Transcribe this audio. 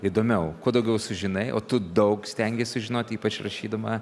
įdomiau kuo daugiau sužinai o tu daug stengies sužinot ypač rašydama